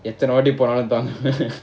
எத்தனவாட்டிபோனாலும்தா:ethana vaati ponnalum tha